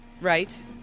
Right